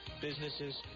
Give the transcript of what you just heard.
businesses